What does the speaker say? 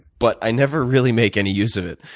but i never really make any use of it.